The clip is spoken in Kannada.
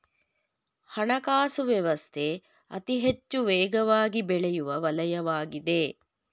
ಹಣಕಾಸು ವ್ಯವಸ್ಥೆ ಅತಿಹೆಚ್ಚು ವೇಗವಾಗಿಬೆಳೆಯುವ ವಲಯವಾಗಿದೆ